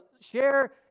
Share